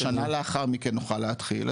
אני מעריך ששנה לאחר מכן נוכל להתחיל.